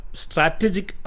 strategic